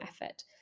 effort